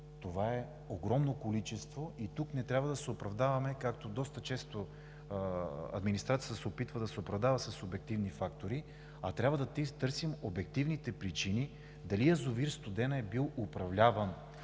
Това е огромно количество. Тук не трябва да се оправдаваме, както доста често администрацията се опитва да се оправдава със субективни фактори, а трябва да търсим обективните причини дали язовир „Студена“ е бил управляван